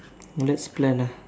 let's plan ah